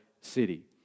city